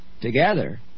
together